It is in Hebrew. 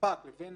והספק לבין